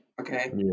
Okay